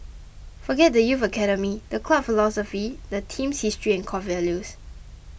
forget the youth academy the club philosophy the team's history and core values